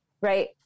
right